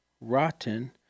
rotten